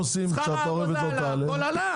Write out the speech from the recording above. אז מה אתם עושים כדי שהתערובת לא תעלה?